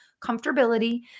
comfortability